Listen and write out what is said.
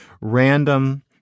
random